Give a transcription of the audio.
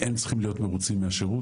הם צריכים להיות מרוצים מהשירות,